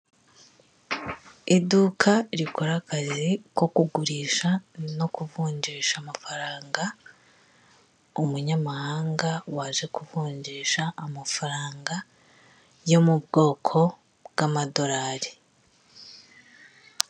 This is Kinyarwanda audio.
Iduka rikora akazi ko kugurisha no kuvunjisha amafaranga umunyamahanga waje kuvunjisha amafaranga yo mubwoko bw'amadorari.